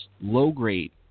low-grade